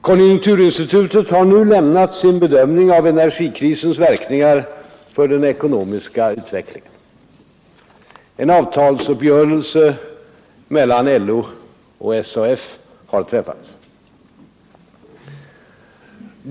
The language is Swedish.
Konjunkturinstitutet har nu lämnat sin bedömning av energikrisens verkningar för den ekonomiska utvecklingen. En avtalsuppgörelse mellan LO och SAF har träffats.